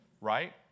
right